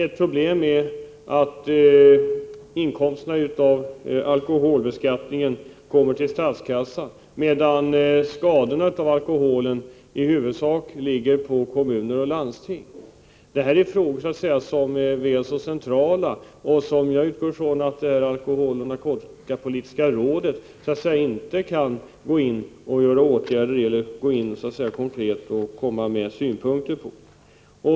Ett problem är att inkomsterna av alkoholbeskattningen kommer till statskassan, medan kostnaderna för skadorna av alkoholen i huvudsak ligger på kommuner och landsting. Det här är frågor som är centrala och som jag utgår från att det alkoholoch narkotikapolitiska rådet inte har möjligheter att vidta åtgärder i eller ha synpunkter på.